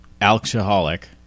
alcoholic